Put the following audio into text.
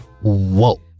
Whoa